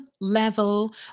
level